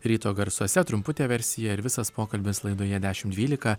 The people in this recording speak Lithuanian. ryto garsuose trumputė versija ir visas pokalbis laidoje dešimt dvylika